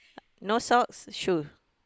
no socks shoe